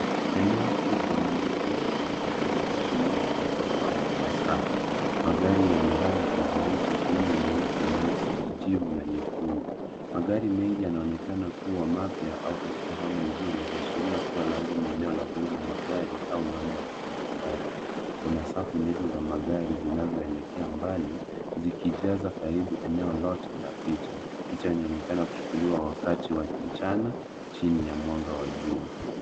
Eneo kubwa la maegesho lililojaa magari mengi yaliyopangwa kwa safu. Magari yana rangi tofauti ikiwemo nyeupe, nyeusi, kijivu na nyekundu. Magari mengi yanaonekana kuwa mapya au katika hali nzuri ya ikiashiria kuwa labda ni eneo la kuuza magari au uwanja wa kuhifadhi. Kuna safu ndevu za magari zinazoelekea mbali zikijaza karibu eneo lote la picha. Picha inaonekana kuchukuliwa wakati wa mchana chini ya mwanga wa jua.